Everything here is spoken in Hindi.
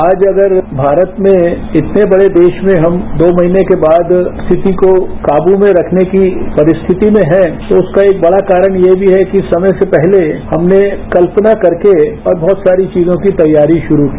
आज अगर भारत में इतने बड़े देश में हम दो महीने के बाद स्थिति को काबू में रखने की परिस्थिति में हैं तो उसका एक बड़ा कारण यह भी है कि समय से पहले हमने कल्पना करके और बहुत सारी चीजों की तैयारी शुरू की